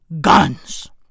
guns